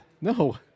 No